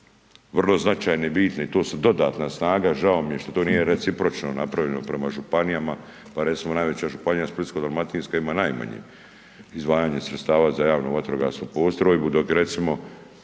vrlo značajne i bitne i to su dodatna snaga. Žao mi je što to nije recipročno napravljeno prema županijama, pa recimo najveća županija Splitsko-dalmatinska ima najmanje izdvajanje sredstava za javnu vatrogasnu postrojbu. Dok recimo